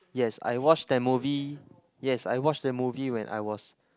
yes I watch that movie yes I watch the movie when I was